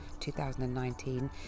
2019